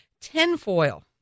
tinfoil